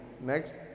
Next